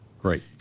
Great